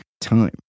time